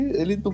ele